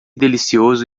delicioso